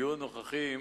יהיו נוכחים